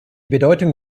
bedeutung